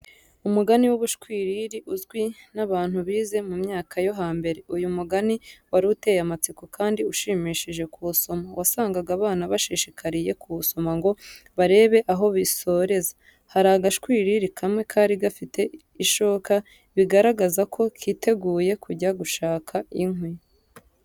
Umugani w'ubushwiriri uzwi n'abantu bize mu myaka yo hambere. Uyu mugani wari uteye amatsiko kandi ushimishije kuwusoma. Wasangaga abana bashishikariye kuwusoma ngo barebe aho bisoreza. Hari agashwiriri kamwe kari gafite ishoka bigaragaza ko kiteguye kujya gushaka inkwi.